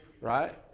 right